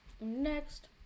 next